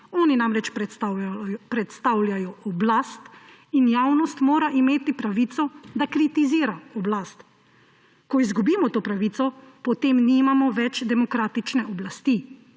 Oni namreč predstavljajo oblast in javnost mora imeti pravico, da kritizira oblast. Ko izgubimo to pravico, potem nimamo več demokratične oblasti,